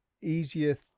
easier